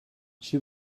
she